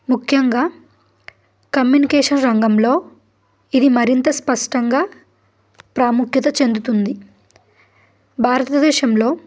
ముఖ్యంగా కమ్యూనికేషన్ రంగంలో ఇది మరింత స్పష్టంగా ప్రాముఖ్యత చెందుతుంది భారతదేశంలో